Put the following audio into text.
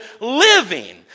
living